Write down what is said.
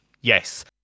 yes